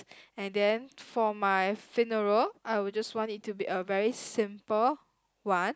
and then for my funeral I will just want it to be a very simple one